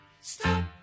Stop